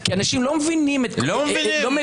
כי אנשים לא מבינים --- הם לא מבינים?